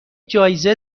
جایزه